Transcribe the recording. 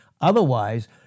Otherwise